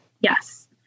Yes